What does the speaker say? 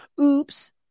Oops